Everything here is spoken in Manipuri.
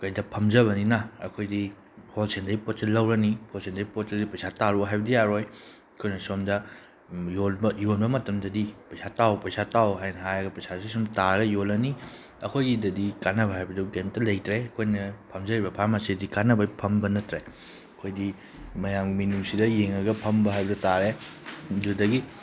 ꯀꯩꯗ ꯐꯝꯖꯕꯅꯤꯅ ꯑꯩꯈꯣꯏꯗꯤ ꯍꯣꯜ ꯁꯦꯜꯗꯒꯤ ꯄꯣꯠꯁꯦ ꯂꯧꯔꯅꯤ ꯍꯣꯜ ꯁꯦꯜꯗꯒꯤ ꯄꯣꯠꯁꯦ ꯄꯩꯁꯥ ꯇꯔꯛꯑꯣ ꯍꯥꯏꯕꯗꯤ ꯌꯥꯔꯣꯏ ꯑꯩꯈꯣꯏꯅ ꯁꯣꯝꯗ ꯌꯣꯟꯕ ꯌꯣꯟꯕ ꯃꯇꯝꯗꯗꯤ ꯄꯩꯁꯥ ꯇꯥꯎ ꯄꯩꯁꯥ ꯇꯥꯎ ꯍꯥꯏꯅ ꯍꯥꯏꯔꯒ ꯄꯩꯁꯥꯁꯦ ꯁꯨꯝ ꯇꯥꯔꯥ ꯌꯣꯜꯂꯅꯤ ꯑꯩꯈꯣꯏꯒꯤꯗꯗꯤ ꯀꯥꯟꯅꯕ ꯍꯥꯏꯕꯕꯨ ꯀꯔꯤꯝꯇ ꯂꯩꯇ꯭ꯔꯦ ꯑꯩꯈꯣꯏꯅ ꯐꯝꯖꯔꯤꯕ ꯐꯥꯔꯃꯁꯤꯗꯤ ꯀꯥꯟꯅꯕꯒꯤ ꯐꯝꯕ ꯅꯠꯇ꯭ꯔꯦ ꯑꯩꯈꯣꯏꯗꯤ ꯃꯌꯥꯝꯒꯤ ꯃꯤꯅꯨꯡꯁꯤꯗ ꯌꯦꯡꯂꯒ ꯐꯝꯕ ꯍꯥꯏꯕꯗꯨ ꯇꯥꯔꯦ ꯑꯗꯨꯗꯒꯤ